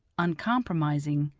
uncompromising,